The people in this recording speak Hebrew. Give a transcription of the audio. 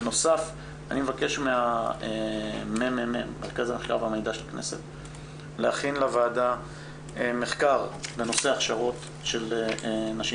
בנוסף אני מבקש מהממ"מ להכין לוועדה מחקר בנושא הכשרות של נשים